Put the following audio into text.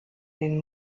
den